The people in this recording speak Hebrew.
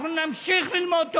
אנחנו נמשיך ללמוד תורה.